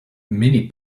many